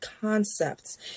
concepts